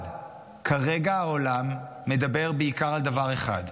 אבל כרגע העולם מדבר בעיקר על דבר אחד,